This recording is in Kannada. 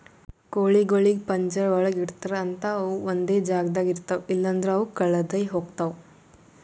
ಕೋಳಿಗೊಳಿಗ್ ಪಂಜರ ಒಳಗ್ ಇಡ್ತಾರ್ ಅಂತ ಅವು ಒಂದೆ ಜಾಗದಾಗ ಇರ್ತಾವ ಇಲ್ಲಂದ್ರ ಅವು ಕಳದೆ ಹೋಗ್ತಾವ